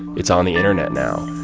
it's on the internet now.